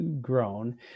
grown